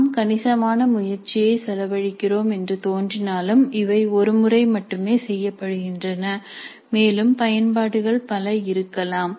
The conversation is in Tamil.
நாம் கணிசமான முயற்சியைச் செலவழிக்கிறோம் என்று தோன்றினாலும் இவை ஒரு முறை மட்டுமே செய்யப்படுகின்றன மேலும் பயன்பாடுகள் பல இருக்கலாம்